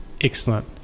Excellent